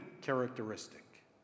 characteristic